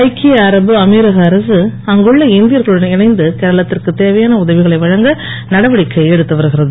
ஐக்கிய அரபு அமீரக அரசு அங்குள்ள இந்தியர்களுடன் இணைந்து கேரளத்திற்கு தேவையான உதவிகளை வழங்க நடவடிக்கை எடுத்து வருகிறது